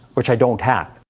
which i don't have.